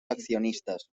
accionistas